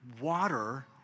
water